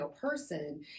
person